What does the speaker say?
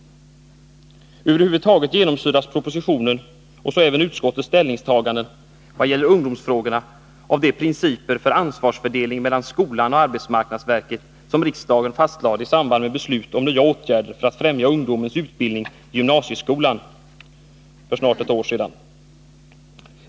Över huvud taget genomsyras propositionen 1979 80:21 i vad gäller ungdomsfrågorna av de principer för ansvarsfördelning mellan skolan och arbetsmarknadsverket som riksdagen för snart ett år sedan fastlade i samband med beslut om nya åtgärder för att främja ungdomens utbildning i gymnasieskolan.